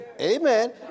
Amen